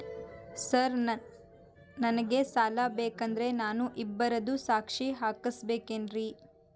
Sir ನನಗೆ ಸಾಲ ಬೇಕಂದ್ರೆ ನಾನು ಇಬ್ಬರದು ಸಾಕ್ಷಿ ಹಾಕಸಬೇಕೇನ್ರಿ?